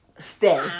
stay